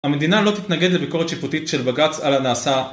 המדינה לא תתנגד לביקורת שיפוטית של בגץ על הנעשה